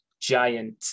giant